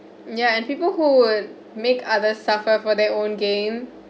yeah and people who would make others suffer for their own gain